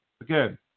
Again